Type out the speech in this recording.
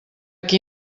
qui